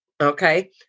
Okay